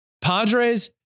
Padres